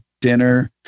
dinner